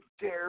dare